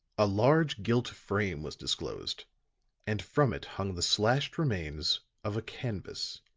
a large gilt frame was disclosed and from it hung the slashed remains of a canvas.